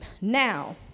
Now